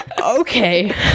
Okay